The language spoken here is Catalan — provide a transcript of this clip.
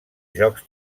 jocs